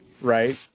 right